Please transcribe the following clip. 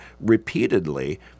repeatedly